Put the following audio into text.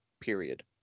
Period